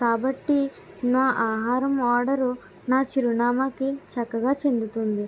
కాబట్టి నా ఆహారం ఆర్డరు నా చిరునామాకి చక్కగా చెందుతుంది